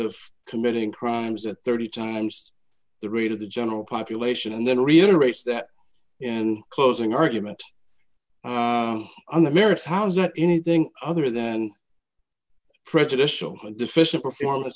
of committing crimes at thirty times the rate of the general population and then reiterates that and closing argument on the merits how's that anything other than prejudicial deficient performance